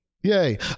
Yay